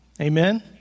Amen